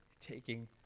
taking